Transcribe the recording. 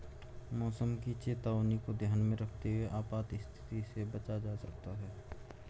मौसम की चेतावनी को ध्यान में रखते हुए आपात स्थिति से बचा जा सकता है